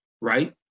right